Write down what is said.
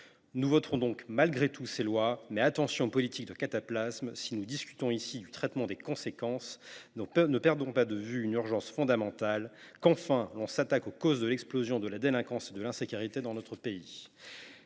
nous voterons ces textes. Mais attention aux politiques « cataplasmes »! Si nous discutons ici du traitement des conséquences, ne perdons pas de vue une urgence fondamentale : il faut qu’enfin l’on s’attaque aux causes de l’explosion de la délinquance et de l’insécurité dans notre pays.